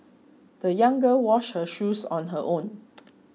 the young girl washed her shoes on her own